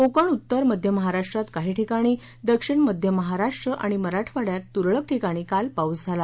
कोकण उत्तर मध्य महाराष्ट्रात काही ठिकाणी दक्षिण मध्य महाराष्ट्र आणि मराठवाड्यात तुरळक ठिकाणी काल पाऊस झाला